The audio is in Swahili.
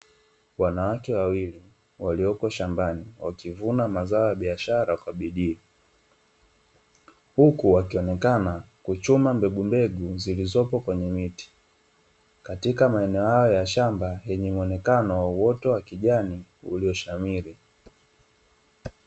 Wanawake wawili walioko shambani, wakivuna mazao ya biashara kwa bidii, huku wakionekana kuchuma mbegumbegu zilizoko kwenye miti, katika maeneo hayo ya shamba yenye muonekano wa uoto wa kijani ulioshamiri.